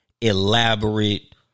elaborate